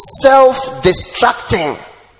self-destructing